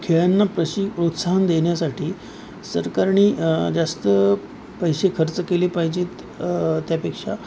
खेळांना प्रशी प्रोत्साहन देण्यासाठी सरकारने जास्त पैसे खर्च केले पाहिजे त्यापेक्षा